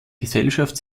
gesellschaft